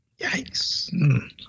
Yikes